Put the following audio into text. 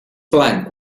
plank